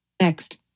Next